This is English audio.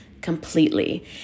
completely